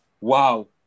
wow